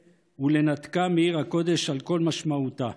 ולנתקם מעיר הקודש על כל משמעותה.